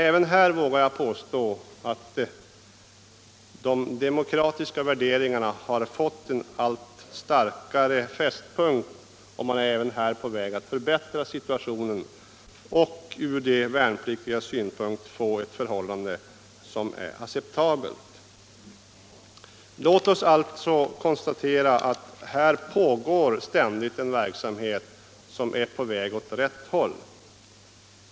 Även här vågar jag dock påstå att de demokratiska värderingarna har fått en allt starkare fästpunkt och att situationen håller på att bli acceptabel ur de värnpliktigas synpunkt. Låt oss alltså konstatera att här pågår en verksamhet som är på väg åt rätt håll.